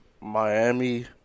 Miami